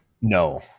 No